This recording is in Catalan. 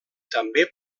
també